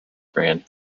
brand